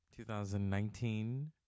2019